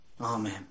Amen